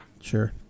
Sure